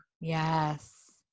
Yes